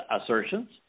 assertions